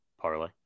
Parlay